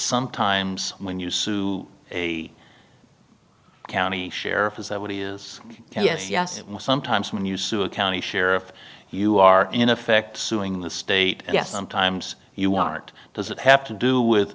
sometimes when you sue a county sheriff is that what he is yes yes sometimes when you sue a county sheriff you are in effect suing the state yes sometimes you aren't does that have to do with